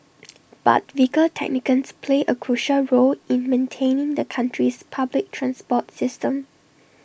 but vehicle technicians play A crucial role in maintaining the country's public transport system